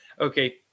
Okay